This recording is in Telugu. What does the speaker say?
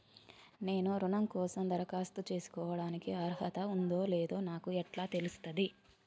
నేను రుణం కోసం దరఖాస్తు చేసుకోవడానికి అర్హత ఉందో లేదో నాకు ఎట్లా తెలుస్తది?